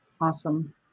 Awesome